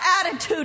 attitude